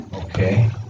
Okay